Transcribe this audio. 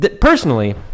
personally